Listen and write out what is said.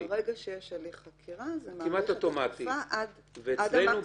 ברגע שיש הליך חקירה זה מאריך את התקופה עד למקסימום.